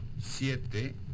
Siete